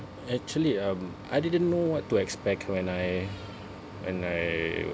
actually um I didn't know what to expect when I when I